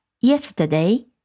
yesterday